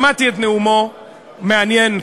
שמעתי את נאומו המעניין,